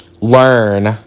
learn